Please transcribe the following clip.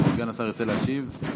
סגן השר ירצה להשיב?